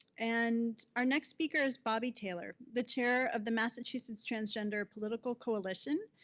and our next speaker is bobby taylor, the chair of the massachusetts transgender political coalition.